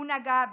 הוא נגע בי.